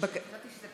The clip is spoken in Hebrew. אנחנו